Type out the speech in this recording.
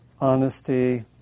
honesty